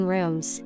Rooms